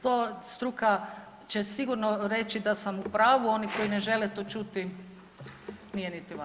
To struka će sigurno reći da sam u pravu, oni koji ne žele to čuti nije niti važno.